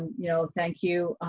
you know, thank you.